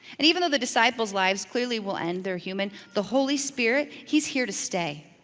and even though the disciples lives clearly will end, they're human, the holy spirit, he's here to stay.